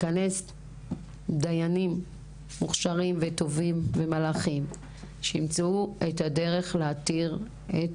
לכנס דיינים מוכשרים וטובים ומלאכים שימצאו את הדרך להתיר את